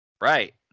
Right